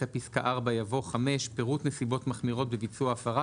אחרי פסקה (4) יבוא: "(5)פירוט נסיבות מחמירות בביצוע ההפרה,